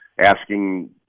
asking –